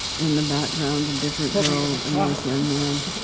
in the background, a different girl, a nice young man,